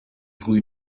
cui